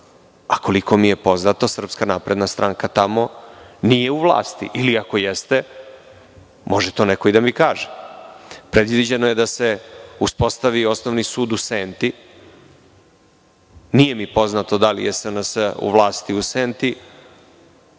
a koliko mi je poznato SNS tamo nije u vlasti ili ako jeste, može to neko i da mi kaže. Predviđeno je da se uspostavi osnovni sud u Senti, nije mi poznato da li je SNS u vlasti u Senti,